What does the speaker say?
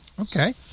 okay